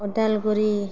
Udalguri